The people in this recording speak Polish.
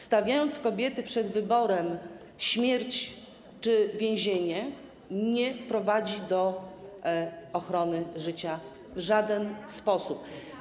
Stawiając kobiety przed wyborem: śmierć czy więzienie, nie prowadzi się do ochrony życia w żaden sposób.